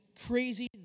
crazy